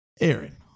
Aaron